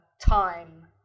time